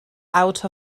out